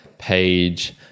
page